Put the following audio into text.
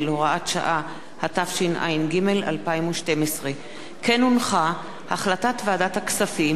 התשע"ג 2012. החלטת ועדת הכספים בדבר פיצול